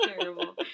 terrible